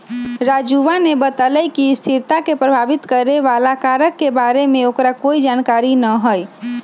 राजूवा ने बतल कई कि स्थिरता के प्रभावित करे वाला कारक के बारे में ओकरा कोई जानकारी ना हई